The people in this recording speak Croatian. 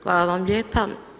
Hvala vam lijepa.